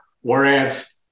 Whereas